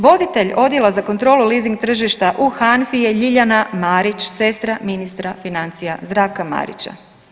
Voditelj odjela za kontrolu leasing tržišta u HANFA-i je Ljiljana Marić, sestra ministra financija Zdravka Marića.